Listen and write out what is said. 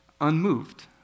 unmoved